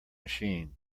machine